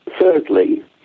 thirdly